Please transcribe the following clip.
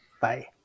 Bye